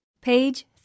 Page